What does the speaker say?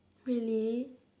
really